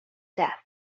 death